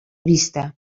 vista